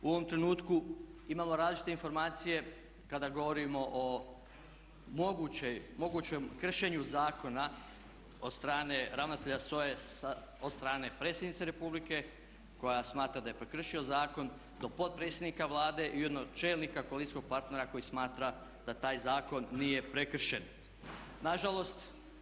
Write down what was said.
U ovom trenutku imamo različite informacije kada govorimo o mogućem kršenju zakona od strane ravnatelja SOA-e od strane predsjednice Republike koja smatra da je prekršio zakon do potpredsjednika Vlade i ujedno čelnika koalicijskog partnera koji smatra da taj zakon nije prekršen. … [[Upadica se ne razumije.]] A ispričavam se.